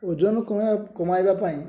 ଓଜନ କମାଇବା ପାଇଁ